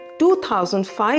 2005